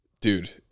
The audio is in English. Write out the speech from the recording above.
dude